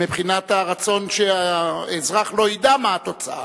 מבחינת הרצון שהאזרח לא ידע מה התוצאה.